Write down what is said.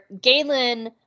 Galen